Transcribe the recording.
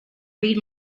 read